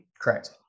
Correct